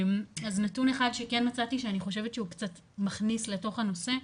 אז נתון אחד שכן מצאתי שאני חושבת שהוא קצת מכניס לתוך הנושא,